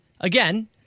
Again